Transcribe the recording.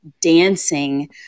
dancing